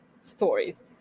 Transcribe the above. stories